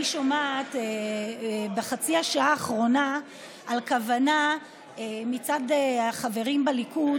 שומעת בחצי השעה האחרונה על כוונה מצד החברים בליכוד